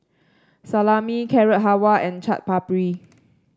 Salami Carrot Halwa and Chaat Papri